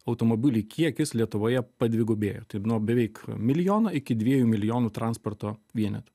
automobilių kiekis lietuvoje padvigubėjo taip nuo beveik milijono iki dviejų milijonų transporto vienetų